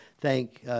thank